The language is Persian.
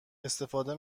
استفاده